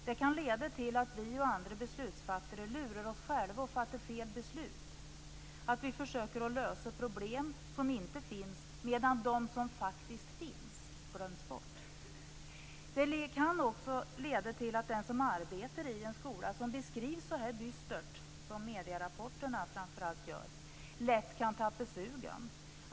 Det kan leda till att vi och andra beslutsfattare lurar oss själva och fattar fel beslut och att vi försöker lösa problem som inte finns medan de som faktiskt finns glöms bort. Det kan också leda till att den som arbetar i en skola som beskrivs så här dystert som framför allt rapporterna i medierna gör lätt kan tappa sugen.